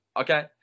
okay